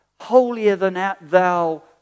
holier-than-thou